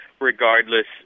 regardless